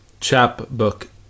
Chapbook